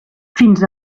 fins